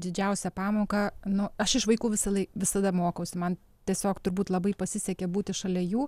didžiausią pamoką nu aš iš vaikų visąlaik visada mokausi man tiesiog turbūt labai pasisekė būti šalia jų